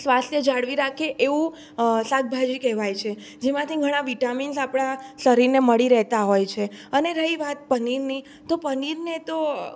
સ્વાસ્થ્ય જાળવી રાખે એવું શાકભાજી કહેવાય છે જેમાંથી ઘણા વિટામિન્સ આપણા શરીરને મળી રહેતા હોય છે અને રહી વાત પનીરની તો પનીરને તો